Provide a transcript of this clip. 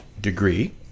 degree